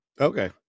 Okay